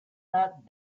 that